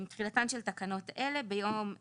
תחילתן של תקנות אלה ביום י'